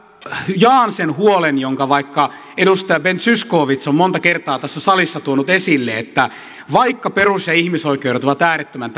jaan sen huolen jonka vaikka edustaja ben zyskowicz on monta kertaa tässä salissa tuonut esille vaikka perus ja ihmisoikeudet ovat äärettömän